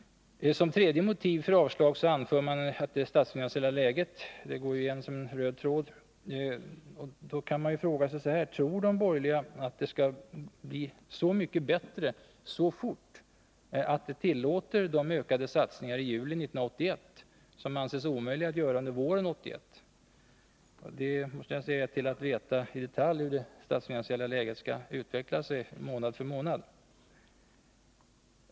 För det tredje anför man som motiv för avstyrkande det statsfinansiella läget. Det går som en röd tråd igenom de borgerligas argumentation. Tror de att det skall bli så mycket bättre så fort, att det tillåter de ökade satsningar i juli 1981 som anses omöjliga att göra under våren 1981? Det är till att veta i detalj hur det statsfinansiella läget skall utveckla sig månad för månad.